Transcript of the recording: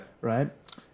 right